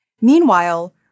Meanwhile